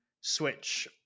switch